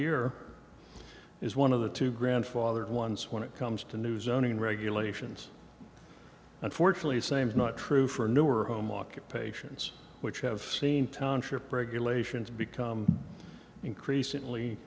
year is one of the two grandfathered ones when it comes to new zoning regulations unfortunately same is not true for newer home occupations which have seen township regulations become increasingly